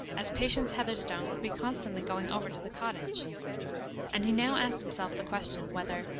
as patience heatherstone would be constantly going over to the cottage and he now asked himself the question, whether,